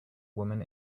woman